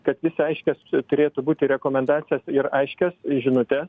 kad visi aiškias turėtų būti rekomendacijas ir aiškias žinutes